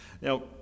Now